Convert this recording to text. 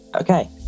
okay